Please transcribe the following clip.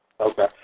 Okay